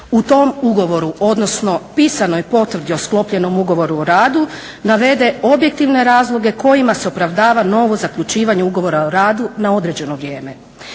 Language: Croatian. u tom ugovoru, odnosno pisanoj potvrdi o sklopljenom ugovoru o radu navede objektivne razloge kojima se opravdava novo zaključivanje ugovora o radu na određeno vrijeme.